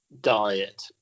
diet